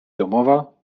domowa